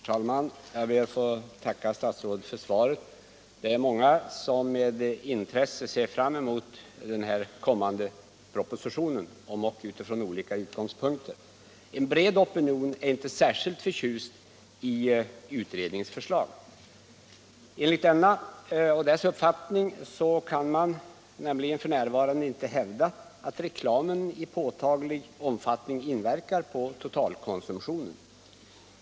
Herr talman! Jag ber att få tacka statsrådet för svaret. Det är många som med intresse ser fram emot den kommande propositionen, om ock från olika utgångspunkter. En bred opinion är inte särskilt förtjust i utredningens förslag. Enligt utredningens uppfattning kan man nämligen f. n. inte hävda, att reklamen i påtaglig omfattning inverkar på totalkonsumtionen.